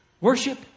Worship